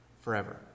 forever